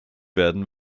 werden